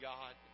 God